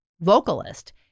vocalist